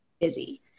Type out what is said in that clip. busy